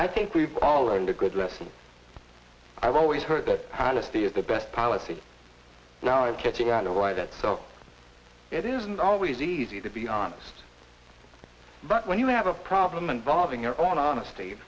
i think we've all learned a good lesson i've always heard that honesty is the best policy now i'm catching on to write that so it isn't always easy to be honest but when you have a problem involving your own honesty